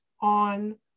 on